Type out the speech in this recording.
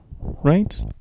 right